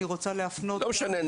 אני רוצה להפנות --- לא משנה,